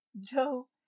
Joe